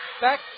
Back